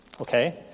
Okay